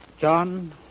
John